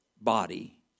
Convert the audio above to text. body